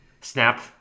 snap